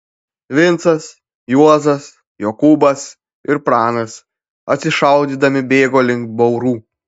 vincas juozas jokūbas ir pranas atsišaudydami bėgo link baurų